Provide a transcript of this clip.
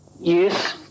Yes